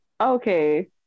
Okay